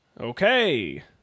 Okay